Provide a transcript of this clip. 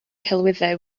celwyddau